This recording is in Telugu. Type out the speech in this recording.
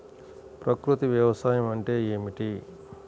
ప్రకృతి వ్యవసాయం అంటే ఏమిటి?